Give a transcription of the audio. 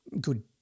good